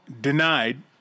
denied